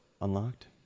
unlocked